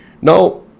Now